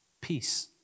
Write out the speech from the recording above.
Peace